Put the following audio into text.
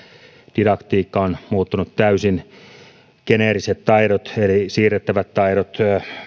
didaktiikka on muuttunut täysin geneeriset taidot eli siirrettävät taidot